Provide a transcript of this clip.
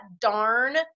darn